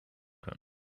können